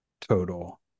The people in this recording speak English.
total